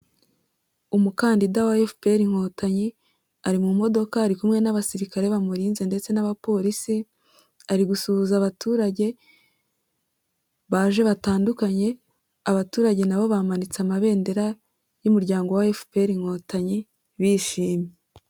Umukandida wa Efuperi Inkotanyi ari mu modoka ari kumwe n'abasirikare bamurinze ndetse n'abapolisi, ari gusuhuza abaturage baje batandukanye, abaturage na bo bamanitse amabendera y'umuryango wa Efuperi Inkotanyi bishimye.